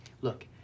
look